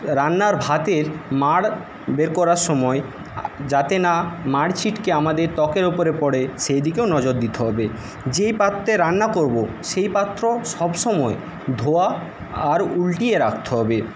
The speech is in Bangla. রান্নার ভাতের মাড় বের করার সময় যাতে না মাড় ছিটকে আমাদের ত্বকের ওপরে পড়ে সেদিকেও নজর দিতে হবে যেই পাত্রে রান্না করব সেই পাত্র সব সময় ধোয়া আর উল্টিয়ে রাখতে হবে